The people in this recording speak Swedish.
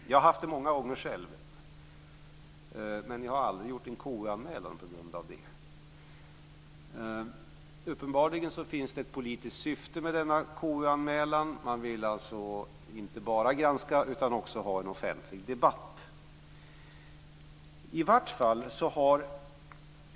Jag har många gånger haft en annan åsikt, men jag har aldrig gjort en KU-anmälan på grund av det. Uppenbarligen finns ett politiskt syfte med denna KU-anmälan. Man vill inte bara granska utan också ha en offentlig debatt.